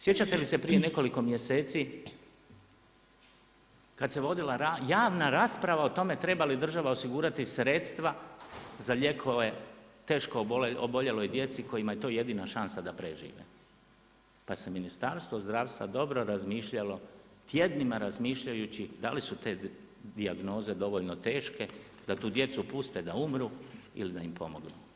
Sjećate li se prije nekoliko mjeseci kada se vodila javna rasprava o tome treba li država osigurati sredstva za lijekove teškoj oboljeloj djeci kojima je to jedina šansa da prežive, pa se Ministarstvo zdravstva dobro razmišljalo tjednima razmišljajući da li su te dijagnoze dovoljno teške da tu djecu puste da umru ili da im pomognu.